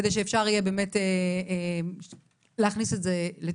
כדי שאפשר יהיה להכניס את זה לתוקף.